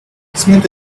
smith